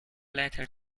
letter